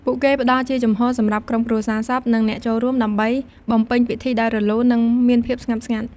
ពួកគេផ្តល់ជាជំហរសម្រាប់ក្រុមគ្រួសារសព និងអ្នកចូលរួម ដើម្បីបំពេញពិធីដោយរលូន និងមានភាពស្ងប់ស្ងាត់។